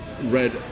read